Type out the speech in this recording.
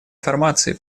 информации